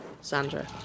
Sandra